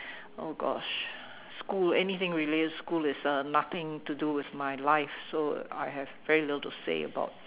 oh gosh school anything related school is uh nothing to do with my life so I have very little to say about